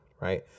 right